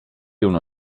uno